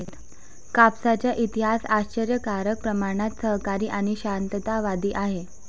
कापसाचा इतिहास आश्चर्यकारक प्रमाणात सहकारी आणि शांततावादी आहे